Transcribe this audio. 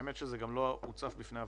האמת שזה גם לא הוצף בפני הוועדה.